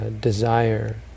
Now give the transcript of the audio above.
desire